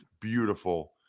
beautiful